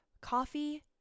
coffee